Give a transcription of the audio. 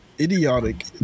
idiotic